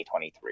2023